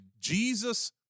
Jesus